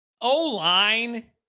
O-line